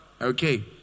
Okay